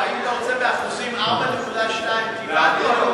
אם אתה רוצה באחוזים, 4.2 קיבלתם,